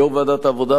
יושב-ראש ועדת העבודה,